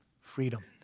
freedom